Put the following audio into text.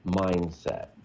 mindset